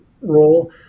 role